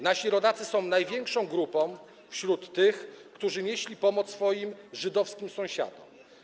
Nasi rodacy są największą grupą wśród tych, którzy nieśli pomoc swoim żydowskim sąsiadom.